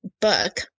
book